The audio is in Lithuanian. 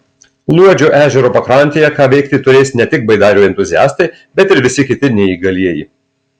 luodžio ežero pakrantėje ką veikti turės ne tik baidarių entuziastai bet ir visi kiti neįgalieji